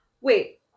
wait